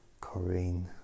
Corrine